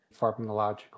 pharmacological